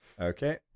Okay